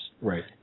Right